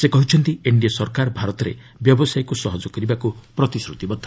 ସେ କହିଛନ୍ତି ଏନ୍ଡିଏ ସରକାର ଭାରତରେ ବ୍ୟବସାୟକୁ ସହଜ କରିବାକୁ ପ୍ରତିଶ୍ରତିବଦ୍ଧ